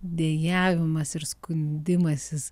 dejavimas ir skundimasis